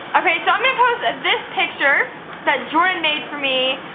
okay, so i'm gonna post this picture that jordan made for me.